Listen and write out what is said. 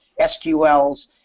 SQLs